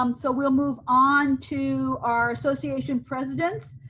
um so we'll move on to our association presidents.